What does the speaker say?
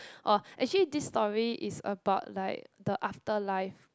or actually this story is about like the afterlife